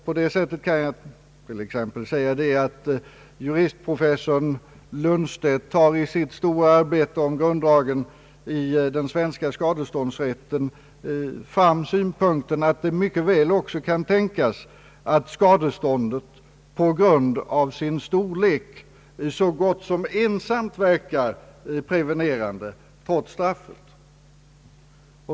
Jag kan nämna att juristprofessorn Lundstedt i sitt stora arbete om grunddragen i den svenska skadeståndsrätten för fram synpunkten att det mycket väl kan tänkas, att skadeståndet på grund av sin storlek så gott som ensamt verkar prevenerande trots straffet.